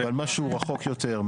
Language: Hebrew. אבל משהו רחוק יותר,